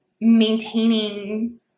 maintaining